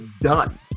done